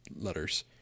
letters